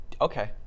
Okay